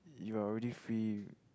you are already free